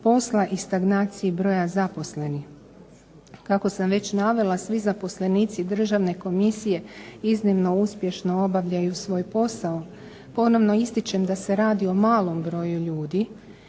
posla, i stagnaciji broja zaposlenih. Kako sam već navela svi zaposlenici državne komisije iznimno uspješno obavljaju svoj posao, ponovno ističem da se radi o malom broju ljudi,